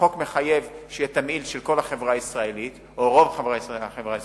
החוק מחייב שיהיה תמהיל של כל החברה הישראלית או רוב החברה הישראלית,